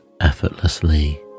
effortlessly